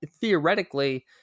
theoretically